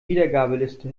wiedergabeliste